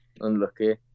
Unlucky